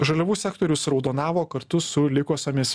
žaliavų sektorius raudonavo kartu su likusiomis